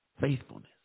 Faithfulness